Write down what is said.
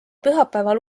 pühapäeval